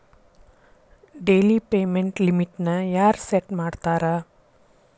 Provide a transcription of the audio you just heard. daily payment ಲಿಮಿಟ್ನ ಯಾರ್ set ಮಾಡ್ತಾರಾ